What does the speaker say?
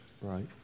Right